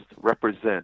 represent